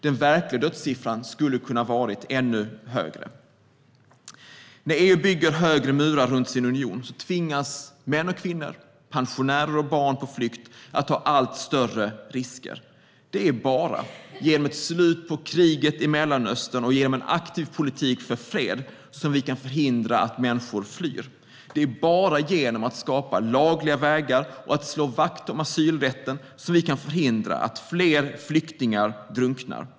Den verkliga dödssiffran kan vara mycket större. När EU bygger högre murar runt sin union tvingas män och kvinnor, pensionärer och barn på flykt att ta allt större risker. Det är bara genom ett slut på kriget i Mellanöstern och genom en aktiv politik för fred som vi kan förhindra att människor flyr. Det är bara genom att skapa lagliga vägar och att slå vakt om asylrätten som vi kan förhindra att fler flyktingar drunknar.